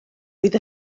oedd